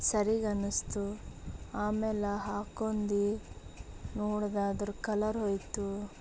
ಸರಿಗೆ ಅನಿಸ್ತು ಆಮೇಲೆ ಹಾಕ್ಕೊಂಡು ನೋಡ್ದೆ ಅದರ ಕಲರ್ ಹೋಯ್ತು